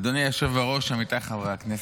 אדוני היושב-ראש, עמיתיי חברי הכנסת,